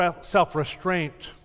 self-restraint